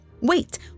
Wait